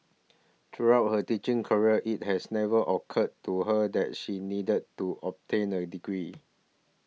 throughout her teaching career it has never occurred to her that she needed to obtain a degree